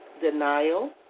denial